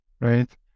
right